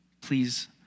please